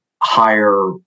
higher